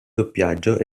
doppiaggio